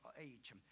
age